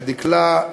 לדקלה,